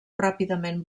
ràpidament